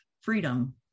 freedom